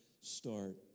start